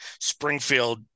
Springfield –